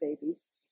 babies